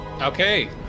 Okay